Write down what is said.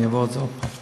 אני אעבור על זה עוד פעם.